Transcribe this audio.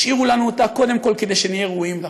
השאירו לנו אותה קודם כול כדי שנהיה ראויים לה.